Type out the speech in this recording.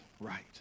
right